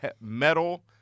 Metal